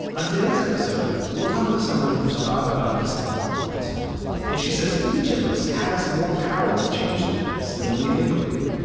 on today's episode, we'll talk with someone who's thought about this a lot and she says each of us has more power to change things than we think we do